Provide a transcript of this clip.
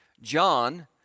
John